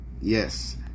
yes